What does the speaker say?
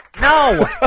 No